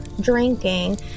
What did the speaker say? drinking